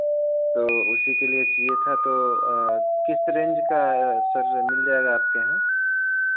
तो उसी के लिए चाहिए था तो किस रेंज का सर मिल जाएगा आपके यहाँ